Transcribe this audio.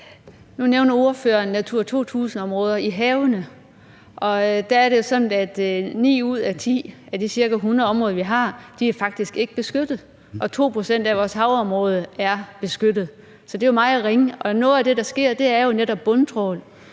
Nu nævner ordføreren Natura 2000-områder i havene, og der er det sådan, at ni ud af ti af de ca. 100 områder, vi har, faktisk ikke er beskyttet. 2 pct. af vores havområde er beskyttet, så det er jo meget ringe. Og noget af det, der sker, er netop bundtrawl.